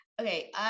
okay